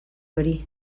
hori